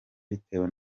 bitewe